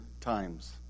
times